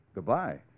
Goodbye